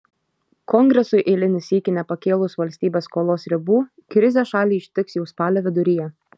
kongresui eilinį sykį nepakėlus valstybės skolos ribų krizė šalį ištiks jau spalio viduryje